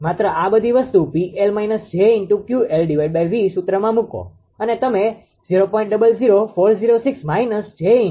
તેથી તમે માત્ર આ બધી વસ્તુ 𝑃𝐿−𝑗𝑄𝐿𝑉∗ સૂત્રમાં મુકો અને તમે 0